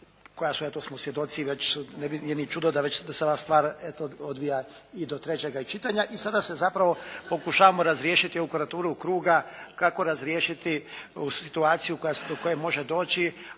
koja eto smo svjedoci već nije ni čudo da se sada stvar odvija i do trećega čitanja i sada se zapravo pokušavamo razriješiti ovu … /Ne razumije se./ … kruga kako razriješiti ovu situaciju do koje može doći,